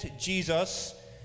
Jesus